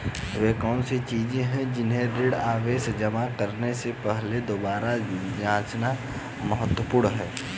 वे कौन सी चीजें हैं जिन्हें ऋण आवेदन जमा करने से पहले दोबारा जांचना महत्वपूर्ण है?